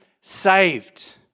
saved